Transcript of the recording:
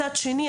מצד שני,